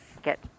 get